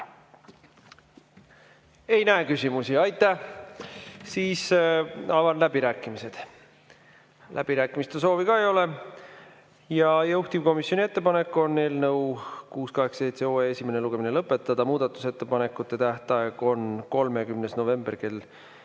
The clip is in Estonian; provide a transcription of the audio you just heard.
Ei näe küsimusi. Aitäh! Siis avan läbirääkimised. Läbirääkimiste soovi ka ei ole. Juhtivkomisjoni ettepanek on eelnõu 687 esimene lugemine lõpetada. Muudatusettepanekute tähtaeg on 30. november kell